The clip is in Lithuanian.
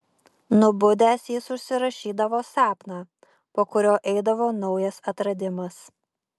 nubudęs jis užsirašydavo sapną po kurio eidavo naujas atradimas